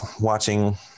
watching